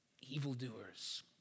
evildoers